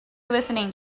listening